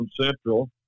Central